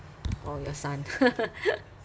or your son